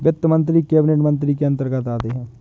वित्त मंत्री कैबिनेट मंत्री के अंतर्गत आते है